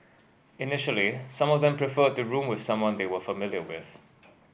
initially some of them preferred to room with someone they were familiar with